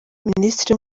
minisitiri